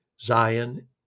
Zion